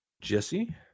Jesse